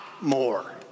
more